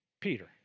Peter